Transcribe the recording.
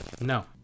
no